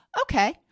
Okay